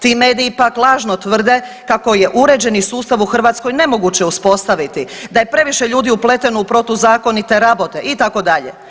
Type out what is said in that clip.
Ti mediji pak lažno tvrde kako je uređeni sustav u Hrvatskoj nemoguće uspostaviti, da je previše ljudi upleteno u protuzakonite rabote itd.